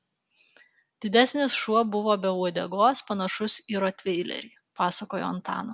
didesnis šuo buvo be uodegos panašus į rotveilerį pasakojo antanas